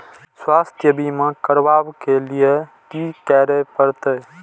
स्वास्थ्य बीमा करबाब के लीये की करै परतै?